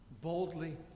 boldly